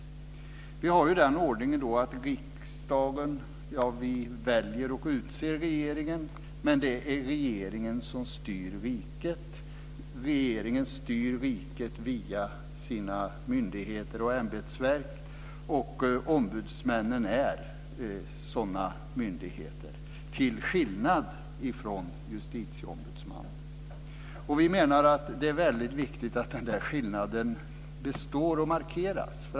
Vi har den ordningen att riksdagen väljer och utser regeringen, men det är regeringen som styr riket. Regeringen styr riket via sina myndigheter och ämbetsverk. Ombudsmännen är sådana myndigheter till skillnad från justitieombudsmannen. Det är väldigt viktigt att den skillnaden består och markeras.